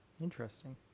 Interesting